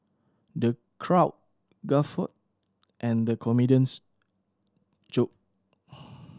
the crowd guffawed at the comedian's joke